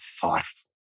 thoughtful